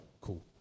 cool